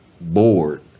bored